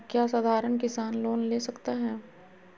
क्या साधरण किसान लोन ले सकता है?